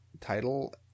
title